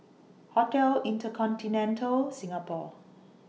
Hotel InterContinental Singapore